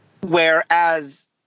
Whereas